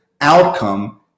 outcome